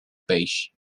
peix